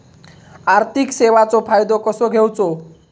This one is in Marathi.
आर्थिक सेवाचो फायदो कसो घेवचो?